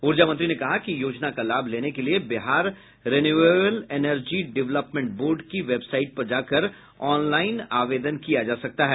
ऊर्जा मंत्री ने कहा कि योजना का लाभ लेने के लिये Bihar renewal energy development energy के वेबसाइट पर जाकर ऑनलाइन आवेदन किया जा सकता है